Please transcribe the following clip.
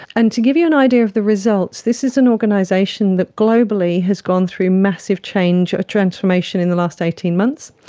and to give you an idea of the results, this is an organisation that globally has gone through massive transformation in the last eighteen months.